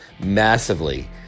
massively